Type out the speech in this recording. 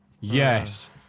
yes